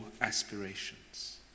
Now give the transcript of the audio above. aspirations